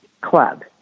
Club